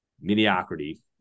mediocrity